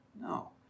No